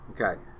Okay